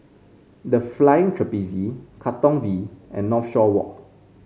The Flying Trapeze Katong V and Northshore Walk